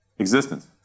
Existence